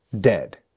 dead